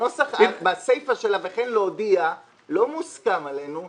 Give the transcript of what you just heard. הסיפה שלה "וכן להודיע" לא מוסכם עלינו,